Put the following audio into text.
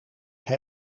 hij